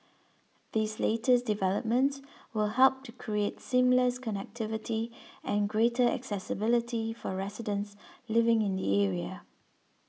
these latest developments will help to create seamless connectivity and greater accessibility for residents living in the area